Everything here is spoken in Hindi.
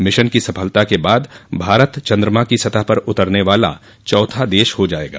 मिशन की सफलता के बाद भारत चन्द्रमा की सतह पर उतरने वाला चौथा देश हो जाएगा